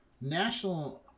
National